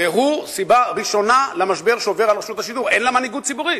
והוא סיבה ראשונה למשבר שעובר על רשות השידור: אין לה מנהיגות ציבורית,